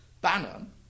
Bannon